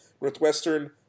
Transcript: Northwestern